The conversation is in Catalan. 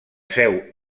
seu